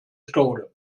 staude